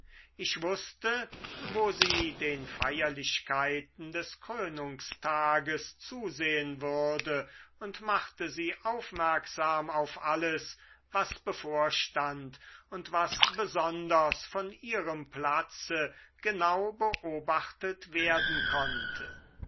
ich wußte wo sie den feierlichkeiten des krönungstages zusehen würde und machte sie aufmerksam auf alles was bevorstand und was besonders von ihrem platze genau beobachtet werden konnte